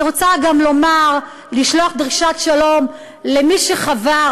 אני רוצה לשלוח דרישת שלום למי שחבר,